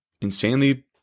insanely